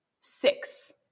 six